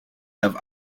have